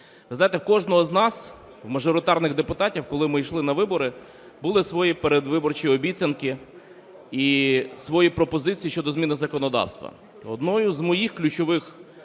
Ви знаєте, в кожного з нас в мажоритарних депутатів, коли ми йшли на вибори, були свої передвиборчі обіцянки і свої пропозиції щодо зміни законодавства. Однією з моїх ключових